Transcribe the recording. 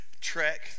trek